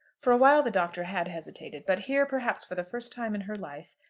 for a while the doctor had hesitated but here, perhaps for the first time in her life,